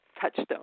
touchstone